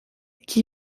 qui